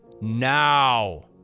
now